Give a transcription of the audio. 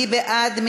מי בעד?